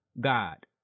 God